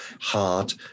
hard